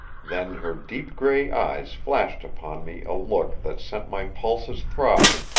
then her deep gray eyes flashed upon me a look that sent my pulses throbbing,